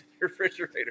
refrigerator